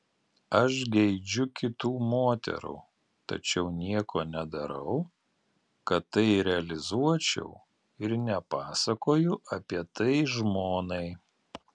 aš geidžiu kitų moterų tačiau nieko nedarau kad tai realizuočiau ir nepasakoju apie tai žmonai